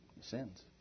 Sins